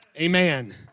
Amen